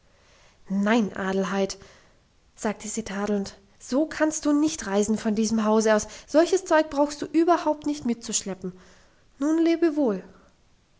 nein adelheid sagte sie tadelnd so kannst du nicht reisen von diesem hause aus solches zeug brauchst du überhaupt nicht mitzuschleppen nun lebe wohl